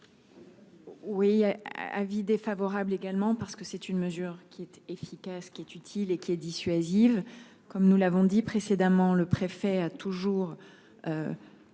Oui. Avis défavorable également parce que c'est une mesure qui était efficace qui est utile et qui est dissuasive. Comme nous l'avons dit précédemment, le préfet a toujours.